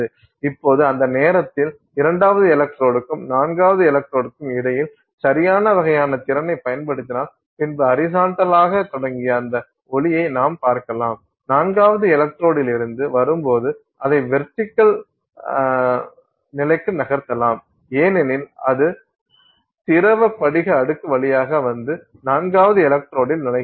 இப்போது அந்த நேரத்தில் இரண்டாவது எலக்ட்ரோடுக்கும் நான்காவது எலக்ட்ரோடுக்கும் இடையில் சரியான வகையான திறனைப் பயன்படுத்தினால் பின்பு ஹரிசாண்டலாக தொடங்கிய அந்த ஒளியை நாம் பார்க்கலாம் நான்காவது எலக்ட்ரோடிலிருந்து வரும் போது அதை வெர்டிகல் நிலைக்கு நகர்த்தலாம் ஏனெனில் அது திரவ படிக அடுக்கு வழியாக வந்து நான்காவது எலக்ரோடில் நுழைகிறது